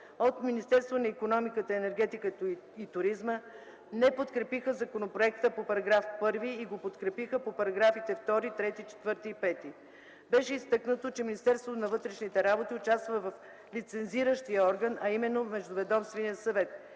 От Министерството на икономиката, енергетиката и туризма не подкрепиха законопроекта по § 1 и го подкрепиха по параграфи 2, 3, 4 и 5. Беше изтъкнато, че Министерството на вътрешните работи участва в лицензиращия орган, а именно Междуведомствения съвет.